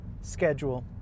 schedule